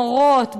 מורות,